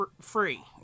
free